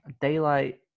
daylight